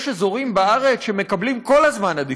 יש אזורים בארץ שמקבלים כל הזמן עדיפות.